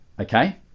okay